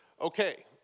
Okay